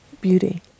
beauty